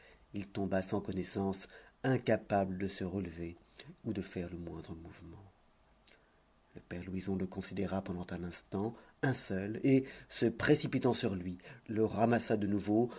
il tomba sans connaissance incapable de se relever ou de faire le moindre mouvement le père louison le considéra pendant un instant un seul et se précipitant sur lui le ramassa de nouveau